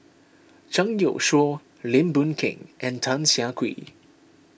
Zhang Youshuo Lim Boon Keng and Tan Siah Kwee